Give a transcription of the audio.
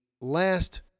Last